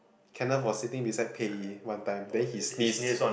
Kenneth was sitting beside Pei-Yi one time then he sneezed